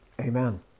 amen